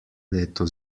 leto